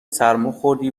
سرماخوردی